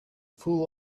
full